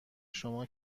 شما